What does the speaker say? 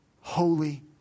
holy